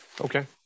Okay